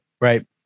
right